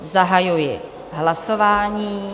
Zahajuji hlasování.